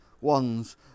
ones